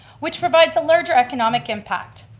which provides a larger economic impact.